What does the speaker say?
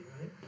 right